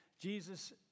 Jesus